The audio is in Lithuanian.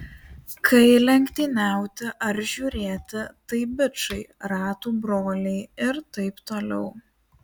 kai lenktyniauti ar žiūrėti tai bičai ratų broliai ir taip toliau